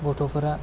गथ'फोरा